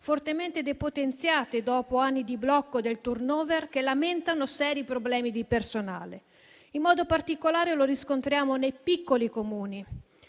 fortemente depotenziate dopo anni di blocco del *turnover,* che lamentano seri problemi di personale. In modo particolare lo riscontriamo nei piccoli Comuni,